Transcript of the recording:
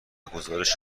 گزارش